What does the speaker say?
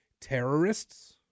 Terrorists